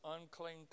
unclean